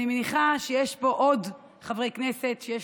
אני מניחה שיש פה עוד חברי כנסת שיש